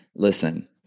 Listen